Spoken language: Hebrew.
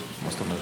מה זאת אומרת?